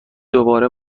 دوباره